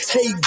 Hey